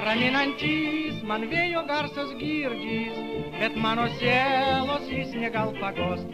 praeinantis man vėjo garsas girdis bet mano sielos jis negal paguost